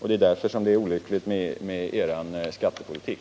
Det är därför olyckligt med er skattepolitik.